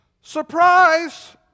Surprise